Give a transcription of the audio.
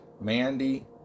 Mandy